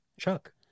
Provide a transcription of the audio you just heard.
Chuck